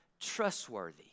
trustworthy